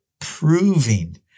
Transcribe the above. proving